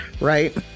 right